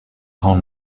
own